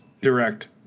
Direct